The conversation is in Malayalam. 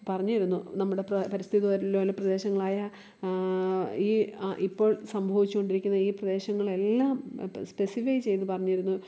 പറഞ്ഞിരുന്നു നമ്മുടെ പ്ര പരിസ്ഥിതി ലോല പ്രദേശങ്ങളായ ഈ ഇപ്പോൾ സംഭവിച്ചു കൊണ്ടിരിക്കുന്ന ഈ പ്രദേശങ്ങളെല്ലാം സ്പെസിഫൈ ചെയ്തു പറഞ്ഞിരുന്നു